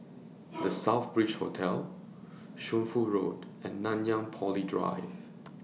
The Southbridge Hotel Shunfu Road and Nanyang Poly Drive